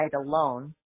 alone